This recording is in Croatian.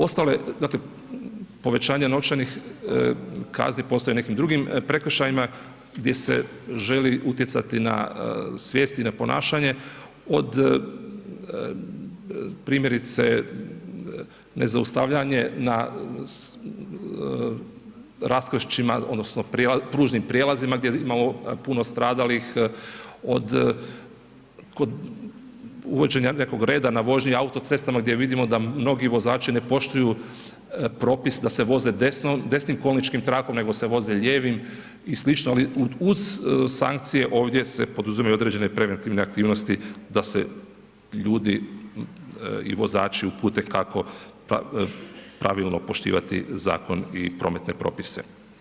Ostale, dakle povećanje novčanih kazni postoje i u nekim drugim prekršajima gdje se želi utjecati na svijest i na ponašanje od primjerice nezaustavljanje na raskršćima odnosno pružnim prijelazima gdje imamo puno stradalih od, kod uvođenja nekog reda na vožnji autocestama gdje vidimo da mnogi vozači ne poštuju propis da se voze desnim kolničkim trakom nego se voze lijevim i sl., ali uz sankcije ovdje se poduzimaju i određene preventivne aktivnosti da se ljudi i vozači upute kako pravilno poštivati zakon i prometne propise.